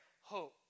hope